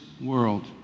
world